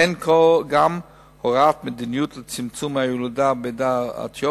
אין גם כל הוראת מדיניות לצמצום הילודה בעדה האתיופית.